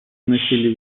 носили